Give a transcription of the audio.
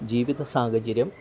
ജീവിത സാഹചര്യം